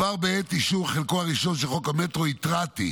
כבר בעת אישור חלקו הראשון של חוק המטרו, התרעתי,